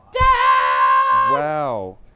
Wow